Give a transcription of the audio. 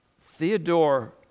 Theodore